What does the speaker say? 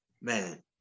man